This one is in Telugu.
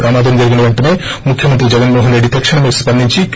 ప్రమాదం జరిగిన వెంటనే ముఖ్యమంత్రి జగన్ మోహన్ రెడ్డి తక్షణమే స్పందించి కె